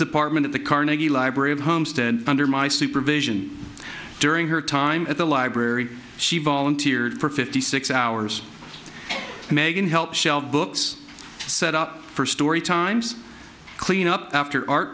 department at the carnegie library of homestead under my supervision during her time at the library she volunteered for fifty six hours meghan helped shelve books set up for story times clean up after art